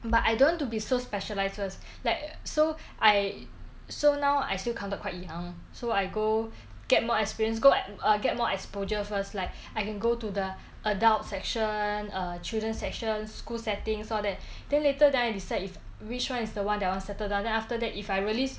but I don't want to be so specialises like so I so now I still counted quite young so I go get more experience go and get more exposure first like I can go to the adult section err children section school settings all that then later then I decide if which [one] is the one that I want settled down then after that if I really